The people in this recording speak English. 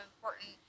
important